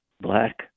black